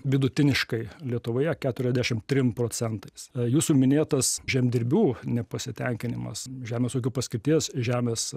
vidutiniškai lietuvoje keturiasdešim trim procentais jūsų minėtas žemdirbių nepasitenkinimas žemės ūkio paskirties žemės